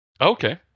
Okay